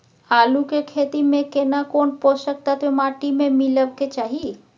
आलू के खेती में केना कोन पोषक तत्व माटी में मिलब के चाही?